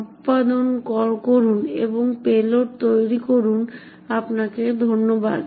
সম্পাদন করুন এবং পেলোড তৈরি করুন আপনাকে ধন্যবাদ